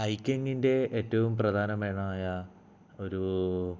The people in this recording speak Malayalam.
ഹൈക്കിങ്ങിൻ്റെ ഏറ്റവും പ്രധാനമായ ഒരു